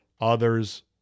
others